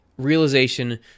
realization